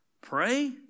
pray